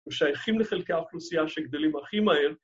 ‫ושייכים לחלקי האוכלוסייה ‫שגדלים הכי מהר.